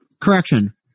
Correction